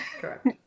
correct